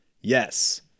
Yes